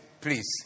please